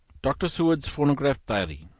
dr. seward's phonograph diary,